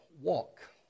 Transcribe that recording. walk